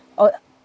or